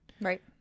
Right